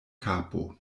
kapo